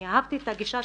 אני אהבתי את הגישה,